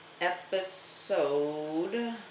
episode